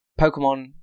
Pokemon